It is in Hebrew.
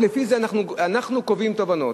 לפי זה אנחנו קובעים תובנות.